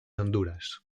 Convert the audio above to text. honduras